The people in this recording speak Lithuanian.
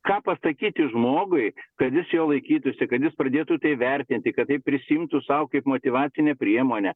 ką pasakyti žmogui kad jis jo laikytųsi kad jis pradėtų tai vertinti kad tai prisiimtų sau kaip motyvacinę priemonę